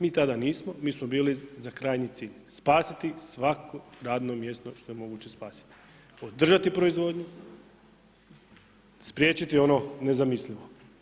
Mi tada nismo, mi smo bili za krajnji cilj, spasiti svako radno mjesto što je moguće spasiti, održati proizvodnju, spriječiti ono nezamislivo.